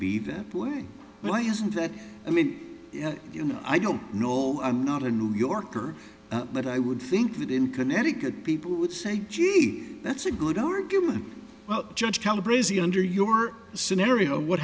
be that way why is that i mean you know i don't know i'm not a new yorker but i would think that in connecticut people would say gee that's a good argument well judge calibra see under your scenario what